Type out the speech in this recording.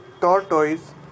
tortoise